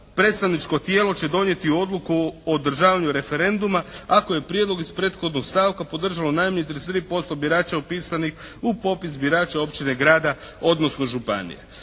predstavničko tijelo će donijeti odluku o održavanju referenduma ako je prijedlog iz prethodnog stavka podržalo najmanje 33% birača upisanih u popis birača općine, grada odnosno županije.